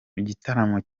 igitaramo